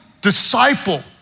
disciple